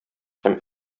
һәм